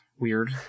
weird